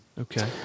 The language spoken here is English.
Okay